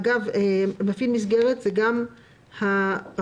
אגב, מפעיל מסגרת זה גם האפוטרופוסים?